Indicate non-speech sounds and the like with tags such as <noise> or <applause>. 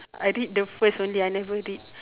I read the <laughs> first only I never read